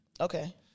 Okay